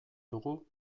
dugu